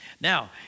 Now